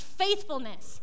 faithfulness